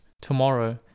tomorrow